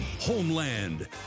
Homeland